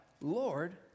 Lord